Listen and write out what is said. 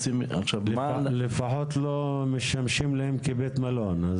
לפחות לא משמשים להן כבית מלון.